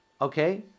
Okay